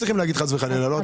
וחלילה.